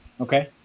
Okay